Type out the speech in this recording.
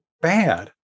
bad